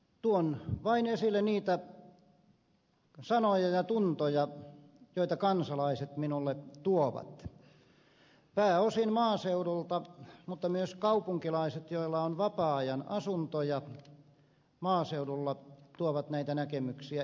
tuon vain esille niitä sanoja ja tuntoja joita kansalaiset minulle tuovat pääosin maaseudulta mutta myös kaupunkilaiset joilla on vapaa ajan asuntoja maaseudulla tuovat näitä näkemyksiä esille